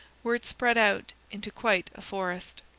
where it spread out into quite a forest.